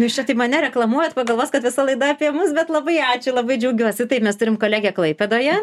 jūs čia taip mane reklamuojat pagalvos kad visa laida apie mus bet labai ačiū labai džiaugiuosi taip mes turim kolegę klaipėdoje